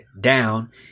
down